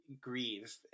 grieve